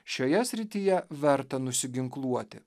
šioje srityje verta nusiginkluoti